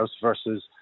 versus